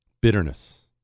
Bitterness